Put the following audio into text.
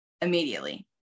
immediately